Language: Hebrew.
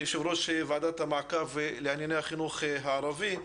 יושב-ראש ועדת המעקב לענייני החינוך הערבי.